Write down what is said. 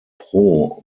pro